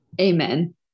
Amen